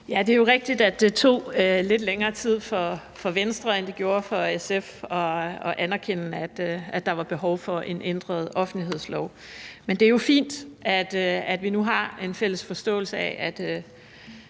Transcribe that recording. Det er jo rigtigt, at det tog lidt længere tid for Venstre, end det gjorde for SF, at erkende, at der var behov for en ændret offentlighedslov. Men det er jo fint, at vi nu har en fælles forståelse af,